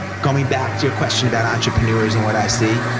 going back to your question about entrepreneurs and what i see,